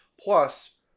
Plus